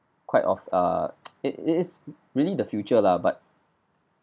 quite off err it it is really the future lah but